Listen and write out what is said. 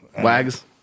Wags